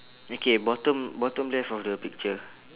okay bottom bottom left of the picture